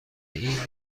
این